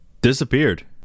Disappeared